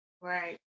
Right